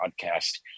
podcast